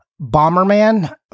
Bomberman